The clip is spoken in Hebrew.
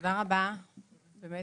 תודה רבה באמת,